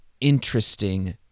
interesting